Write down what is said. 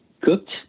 cooked